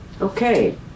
Okay